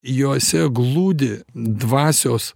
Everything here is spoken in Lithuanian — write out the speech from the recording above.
juose glūdi dvasios